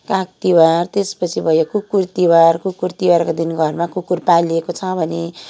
काग तिहार त्यसपछि भयो कुकुर तिहार कुकुर तिहारको दिन घरमा कुकुर पालिएको छ भने